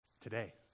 Today